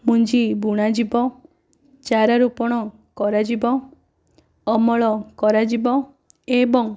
ମଞ୍ଜି ବୁଣାଯିବ ଚାରା ରୋପଣ କରାଯିବ ଅମଳ କରାଯିବ ଏବଂ